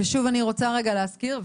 ושוב אני רוצה להזכיר,